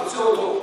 חוצה אותו,